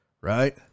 right